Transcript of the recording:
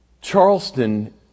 Charleston